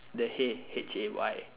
the hay H A Y